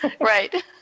Right